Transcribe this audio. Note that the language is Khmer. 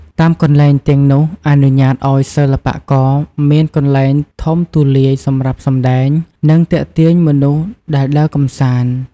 តាមកន្លែងទាំងនេះអនុញ្ញាតឱ្យសិល្បករមានកន្លែងធំទូលាយសម្រាប់សម្ដែង និងទាក់ទាញមនុស្សដែលដើរកម្សាន្ត។